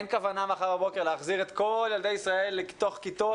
אין כוונה מחר בבוקר להחזיר את כל ילדי ישראל לתוך כיתות.